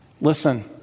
Listen